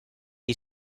you